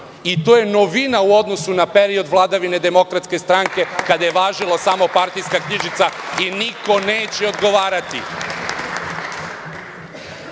i to je novina u odnosu na period vladavine DS, kada je važilo samo - partijska knjižica i niko neće odgovarati.Za